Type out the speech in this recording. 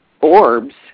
orbs